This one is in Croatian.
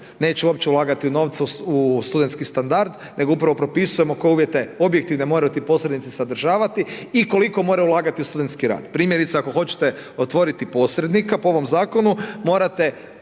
neće uopće ulagati novce u studentski standard nego upravo propisujemo koje uvjete objektivne moraju ti posrednici sadržavati i koliko moraju ulagati u studentski rad. Primjerice ako hoćete otvoriti posrednika po ovom zakonu morate